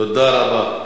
תודה רבה.